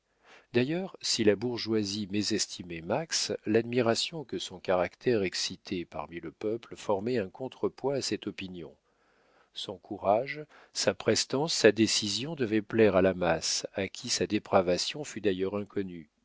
d'ailleurs si la bourgeoisie mésestimait max l'admiration que son caractère excitait parmi le peuple formait un contre-poids à cette opinion son courage sa prestance sa décision devaient plaire à la masse à qui sa dépravation fut d'ailleurs inconnue